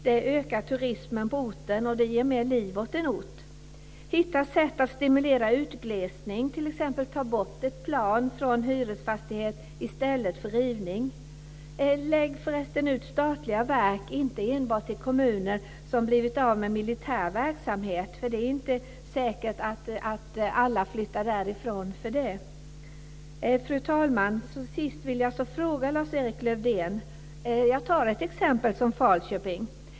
Det ökar turismen på orten och ger mer liv åt en ort. Hitta sätt att stimulera utglesning, t.ex. att ta bort ett plan på en hyresfastighet i stället för rivning. Lägg för resten ut statliga verk inte enbart till kommuner som blivit av med militär verksamhet, för det är inte säkert att alla flyttar därifrån för det. Fru talman! Till sist vill jag ställa en fråga till Lars-Erik Lövdén. Jag tar Falköping som exempel.